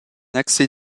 accès